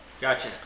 Gotcha